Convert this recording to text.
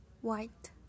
white